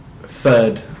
third